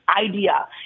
idea